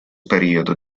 periodo